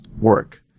work